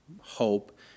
hope